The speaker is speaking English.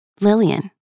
Lillian